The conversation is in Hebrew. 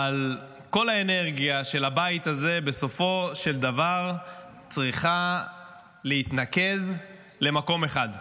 אבל כל האנרגיה של הבית הזה בסופו של דבר צריכה להתנקז למקום אחד,